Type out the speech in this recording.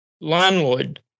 landlord